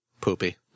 poopy